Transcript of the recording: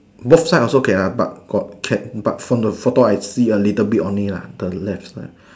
both side also can uh but got can but from the photo I see a little bit only lah the left side